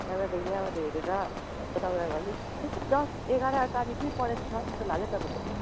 पहिला त यहाँबाट हेरेर म तपाईँलाई भनिदिन्छु त्यस्तै दस एघार तारिक नै परेको छ जस्तो लाग्यो तपाईँको